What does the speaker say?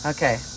Okay